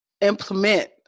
implement